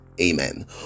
Amen